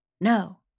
No